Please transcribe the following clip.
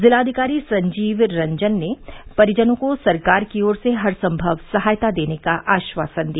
जिलाधिकारी संजीव रंजन ने परिजनों को सरकार की ओर से हरसम्भव सहायता देने का आश्वासन दिया